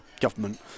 government